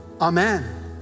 Amen